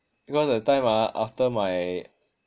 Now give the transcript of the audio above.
you know that time ah after my